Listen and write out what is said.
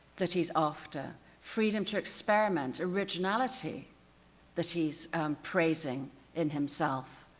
that he's after. freedom to experiment originality that he's praising in himself.